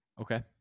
okay